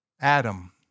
Adam